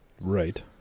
Right